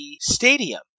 stadium